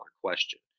question